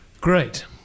Great